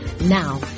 Now